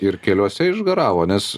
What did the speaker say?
ir keliuose išgaravo nes